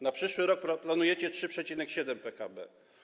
Na przyszły rok planujecie 3,7% PKB.